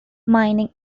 mining